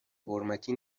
حرمتی